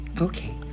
Okay